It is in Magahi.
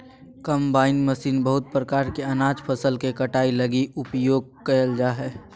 कंबाइन मशीन बहुत प्रकार के अनाज फसल के कटाई लगी उपयोग कयल जा हइ